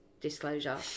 disclosure